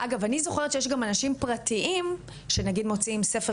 אני זוכרת שיש גם אנשים פרטיים שמוציאים ספר